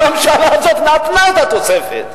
הממשלה הזאת נתנה את התוספת.